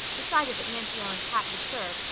decided that nancy ellen's hat would serve,